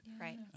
Right